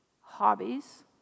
hobbies